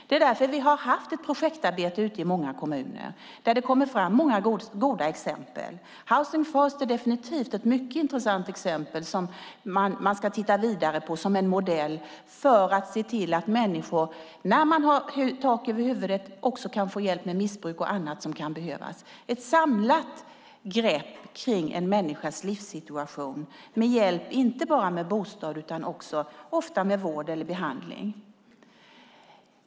Det är därför vi har haft ett projektarbete i många kommuner, och det kommer fram många goda exempel. Housing first är definitivt ett mycket intressant exempel som man ska titta vidare på. Det är en modell för att se till att människor, när de har tak över huvudet, också ska få hjälp med missbruk och annat som kan behövas. Det är att ta ett samlat grepp om en människas livssituation, att hjälpa till inte bara med bostad utan också ofta med vård eller behandling.